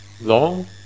long